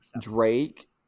Drake